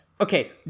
okay